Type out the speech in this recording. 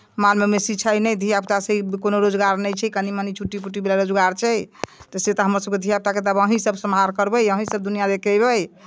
माल मवेशी छै नहि धिया पूतासँ कोनो रोजगार नहि छै कनी मनी छुट्टी बुट्टीवला रोजगार छै तऽ से तऽ हमरसभके धिया पूताके तऽ आब अहीँसभ सम्हार करबै अहीँसभ दुनिआँ देखेबै